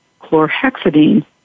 chlorhexidine